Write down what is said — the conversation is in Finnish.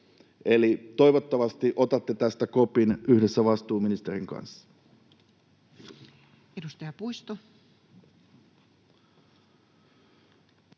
Eli toivottavasti otatte tästä kopin yhdessä vastuuministerin kanssa.